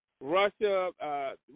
Russia